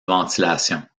ventilation